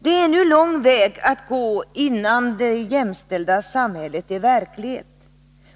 Det är ännu lång väg att gå innan det jämställda samhället är verklighet.